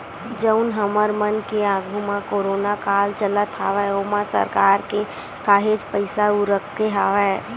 जउन हमर मन के आघू म कोरोना काल चलत हवय ओमा सरकार के काहेच पइसा उरके हवय